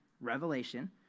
Revelation